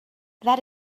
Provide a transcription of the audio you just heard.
that